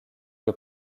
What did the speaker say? que